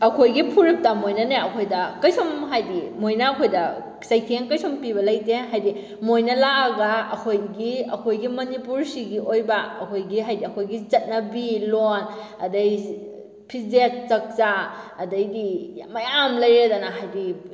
ꯑꯩꯈꯣꯏꯒꯤ ꯐꯨꯔꯨꯞꯇ ꯃꯣꯏꯅꯅꯦ ꯑꯩꯈꯣꯏꯗ ꯀꯩꯁꯨꯝ ꯍꯥꯏꯗꯤ ꯃꯣꯏꯅ ꯑꯩꯈꯣꯏꯗ ꯆꯩꯊꯦꯡ ꯀꯩꯁꯨꯝ ꯄꯤꯕ ꯂꯩꯇꯦ ꯍꯥꯏꯗꯤ ꯃꯣꯏꯅ ꯂꯥꯛꯑꯒ ꯑꯩꯈꯣꯏꯒꯤ ꯑꯩꯈꯣꯏꯒꯤ ꯃꯅꯤꯄꯨꯔꯁꯤꯒꯤ ꯑꯣꯏꯕ ꯑꯩꯈꯣꯏꯒꯤ ꯍꯥꯏꯗꯤ ꯑꯩꯈꯣꯏꯒꯤ ꯆꯠꯅꯕꯤ ꯂꯣꯟ ꯑꯗꯩ ꯐꯤꯖꯦꯠ ꯆꯛꯆꯥ ꯑꯗꯩꯗꯤ ꯃꯌꯥꯝ ꯂꯩꯔꯦꯗꯅ ꯍꯥꯏꯗꯤ